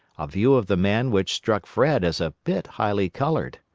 a view of the man which struck fred as a bit highly colored.